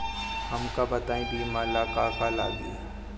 हमका बताई बीमा ला का का लागी?